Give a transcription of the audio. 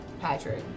Patrick